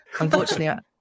Unfortunately